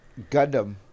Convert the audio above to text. Gundam